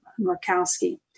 Murkowski